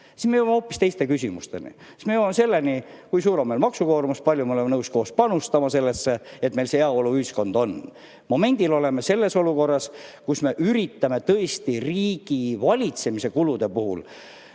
siis me jõuame hoopis teiste küsimusteni. Siis me jõuame selleni, kui suur on meil maksukoormus, kui palju me oleme nõus koos panustama sellesse, et meil oleks heaoluühiskond. Momendil oleme selles olukorras, kus me tõesti üritame riigivalitsemise kulude puhul